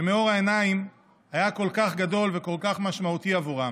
שמאור העיניים היה כל כך גדול וכל כך משמעותי עבורם,